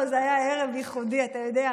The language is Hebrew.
לא, זה היה ערב ייחודי, אתה יודע.